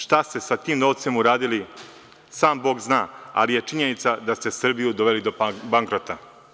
Šta ste sa tim novcem uradili sam Bog zna, ali je činjenica da ste Srbiju doveli do bankrota.